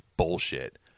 Bullshit